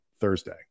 Thursday